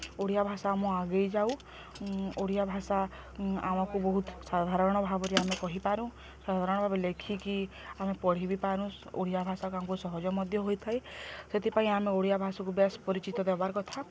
ଓଡ଼ିଆ ଭାଷା ଆମ ଆଗେଇ ଯାଉ ଓଡ଼ିଆ ଭାଷା ଆମକୁ ବହୁତ ସାଧାରଣ ଭାବରେ ଆମେ କହିପାରୁ ସାଧାରଣ ଭାବେ ଲେଖିକି ଆମେ ପଢ଼ି ବିି ପାରୁ ଓଡ଼ିଆ ଭାଷା ଆମକୁ ସହଜ ମଧ୍ୟ ହୋଇଥାଏ ସେଥିପାଇଁ ଆମେ ଓଡ଼ିଆ ଭାଷାକୁ ବେସ୍ ପରିଚିତ ଦେବା କଥା